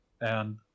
And-